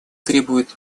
требует